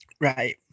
Right